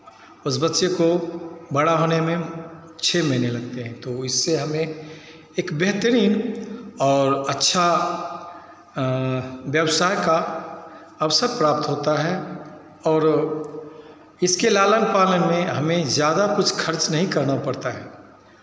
उस बच्चे को बड़ा होने में छः महीने लगते हैं तो इससे हमें एक बेहतरीन और अच्छा व्यवसाय का अवसर प्राप्त होता है और इसके लालन पालन में हमे ज़्यादा कुछ खर्च नहीं करना पड़ता है